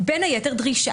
בין היתר דרישה.